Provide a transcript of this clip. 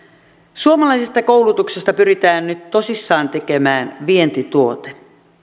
suomalaisesta koulutuksesta pyritään nyt tosissaan tekemään vientituote